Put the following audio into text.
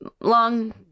long